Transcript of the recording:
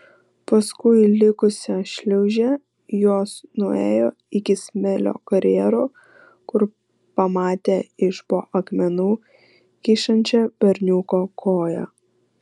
paskui likusią šliūžę jos nuėjo iki smėlio karjero kur pamatė iš po akmenų kyšančią berniuko koją